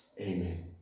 amen